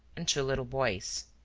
and two little boys.